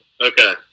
Okay